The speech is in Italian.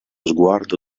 sguardo